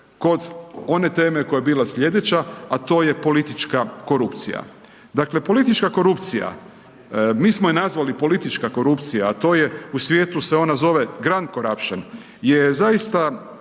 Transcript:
kod one teme koja je bila slijedeća a to je politička korupcija. Dakle politička korupcija, mi smo je nazvali politička korupcija a to je u svijetu se ona zove grand corruption je zaista